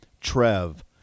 Trev